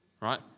right